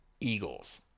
eagles